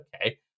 okay